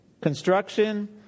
Construction